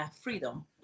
freedom